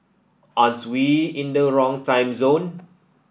aren't we in the wrong time zone